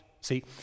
See